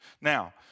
Now